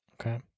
Okay